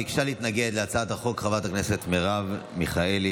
ביקשה להתנגד להצעת החוק חברת הכנסת מרב מיכאלי.